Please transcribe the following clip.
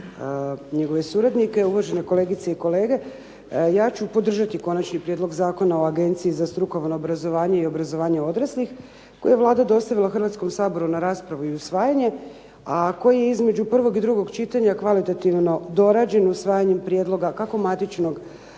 njegove suradnike, uvažene kolegice i kolege. Ja ću podržati Konačni prijedlog zakona o Agenciji za strukovno obrazovanje i obrazovanje odraslih koju je Vlada dostavila Hrvatskom saboru na raspravu i usvajanje a koji je između prvog i drugog čitanja kvalitativno dorađen usvajanjem prijedloga kako matičnog